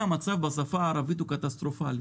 המצב בשפה הערבית קטסטרופלי.